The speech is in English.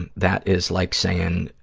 and that is like saying,